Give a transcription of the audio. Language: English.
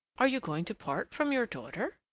are you going to part from your daughter?